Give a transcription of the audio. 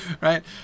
right